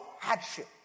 Hardship